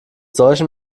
solchen